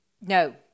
No